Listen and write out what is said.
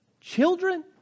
children